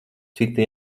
cita